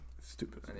Stupid